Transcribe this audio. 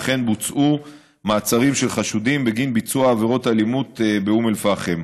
וכן בוצעו מעצרים של חשודים בגין ביצוע עבירות אלימות באום אל-פחם.